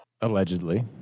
allegedly